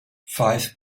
five